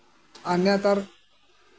ᱟᱨ ᱱᱮᱛᱟᱨ